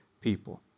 people